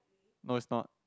no is not